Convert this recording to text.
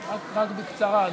רק בקצרה,